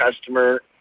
customer